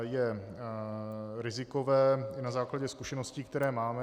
Je rizikové i na základě zkušeností, které máme.